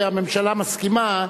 כי הממשלה מסכימה.